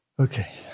Okay